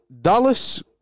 Dallas